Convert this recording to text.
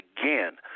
again